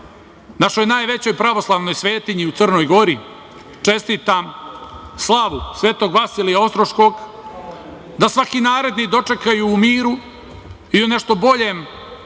našoj najvećoj pravoslavnoj svetinji u Crnoj Gori čestitam slavu, Sv. Vasilija Ostroškog, da svaki naredni dočekaju u miru i u nešto boljem